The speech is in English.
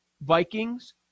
Vikings